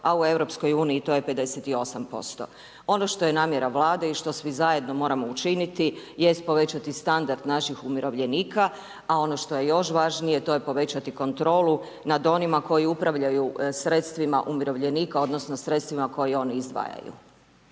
a u EU to je 58%. Ono što je namjera Vlade i što svi zajedno moramo učiniti jest povećati standard naših umirovljenika a ono što je još važnije to je povećati kontrolu nad onima koji upravljaju sredstvima umirovljenika, odnosno sredstvima koje oni izdvajaju.